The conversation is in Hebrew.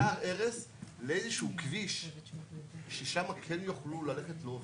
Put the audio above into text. מה קורה רק עם השינוע מאתר הרס לאיזשהו כביש ששם כן יוכלו ללכת להוביל?